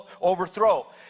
overthrow